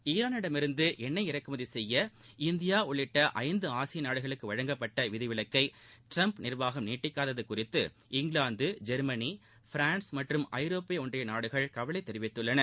ஈரானிடமிருந்து எண்ணெய் இறக்குமதி செய்ய இந்தியா உள்ளிட்ட ஐந்து ஆசிய நாடுகளுக்கு வழங்கப்பட்ட விதி விலக்கை ட்ரம்ப் நிர்வாகம் நிட்டிக்காதது குறித்து இங்கிவாந்து ஜெர்மனி பிரான்ஸ் மற்றும் ஐரோப்பிய ஒன்றிய நாடுகள் கவலை தெரிவித்துள்ளன